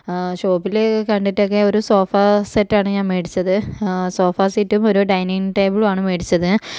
ആ ഷോപ്പിൽ കണ്ടിട്ടൊക്കെ ഒരു സോഫ സെറ്റാണ് ഞാൻ മേടിച്ചത് സോഫ സെറ്റും ഒരു ഡൈനിങ്ങ് ടേബിളും ആണ് മേടിച്ചത്